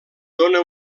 dóna